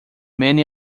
many